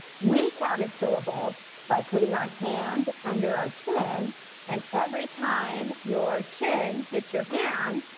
we counted syllables by putting our hand under our chin and every time your chin hits your hand,